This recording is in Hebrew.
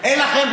זה יהיה פחות.